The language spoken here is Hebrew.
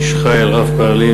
איש חיל רב-פעלים,